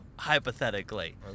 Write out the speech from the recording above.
hypothetically